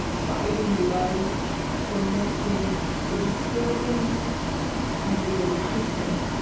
biting love for mixing the disturbing and the arousing. if